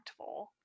impactful